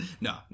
No